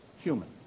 human